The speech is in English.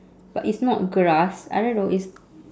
but it's not grass I don't know it's